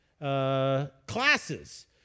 classes